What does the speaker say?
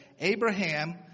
Abraham